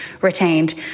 retained